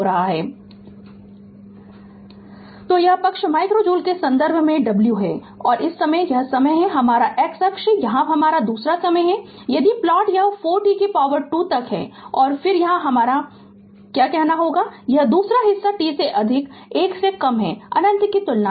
Refer Slide Time 0508 तो यह पक्ष माइक्रो जूल के संदर्भ में W है और इस समय यह समय है हमारा x अक्ष यहाँ हमारा समय दूसरा है यदि प्लॉट यह 4 t 2 तक है और फिर यहाँ हमारा क्या कहना है कि यह दूसरा हिस्सा t से अधिक 1 से कम है अनंत की तुलना में